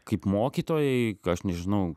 kaip mokytojai k aš nežinau